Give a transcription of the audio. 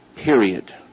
period